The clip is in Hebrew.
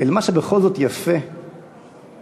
אל מה שבכל זאת יפה ונכון